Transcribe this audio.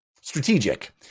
strategic